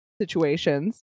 situations